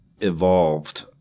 evolved